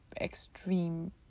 extreme